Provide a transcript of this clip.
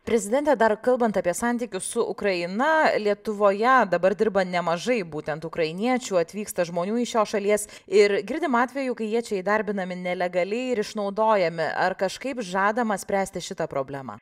prezidente dar kalbant apie santykius su ukraina lietuvoje dabar dirba nemažai būtent ukrainiečių atvyksta žmonių iš šios šalies ir girdim atvejų kai jie čia įdarbinami nelegaliai ir išnaudojami ar kažkaip žadama spręsti šitą problemą